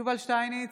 יובל שטייניץ,